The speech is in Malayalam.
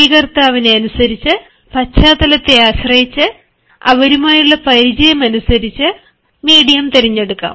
സ്വീകർത്താവിനെ അനുസരിച്ച് പശ്ചാത്തലത്തെ ആശ്രയിച്ച് അവരുമായുള്ള പരിചയം അനുസരിച്ച് മീഡിയം തെരഞ്ഞെടുക്കാം